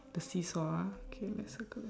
the seesaw ah K let's circle